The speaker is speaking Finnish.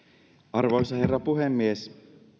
arvoisa herra puhemies